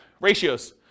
ratios